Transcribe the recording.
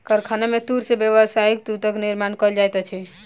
कारखाना में तूर से व्यावसायिक सूतक निर्माण कयल जाइत अछि